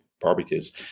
barbecues